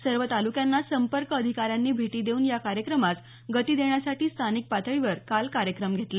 सर्व तालुक्यांना संपर्क अधिकाऱ्यांनी भेटी देऊन या कार्यक्रमास गती देण्यासाठी स्थानिक पातळीवर काल कार्यक्रम घेतले